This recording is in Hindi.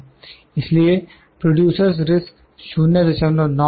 इसलिए प्रोड्यूसरस् रिस्क producer's risk 09 है